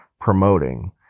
promoting